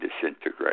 disintegrate